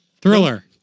Thriller